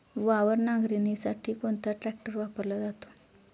वावर नांगरणीसाठी कोणता ट्रॅक्टर वापरला जातो?